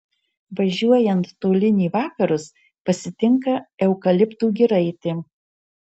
važiuojant tolyn į vakarus pasitinka eukaliptų giraitė